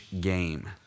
Game